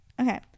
okay